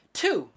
two